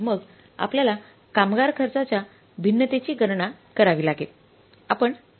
मग आपल्याला कामगार खर्चाच्या भिन्नतेची गणना करावी लागेल